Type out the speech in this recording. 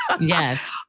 Yes